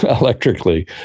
electrically